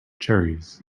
cherries